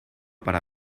para